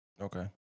Okay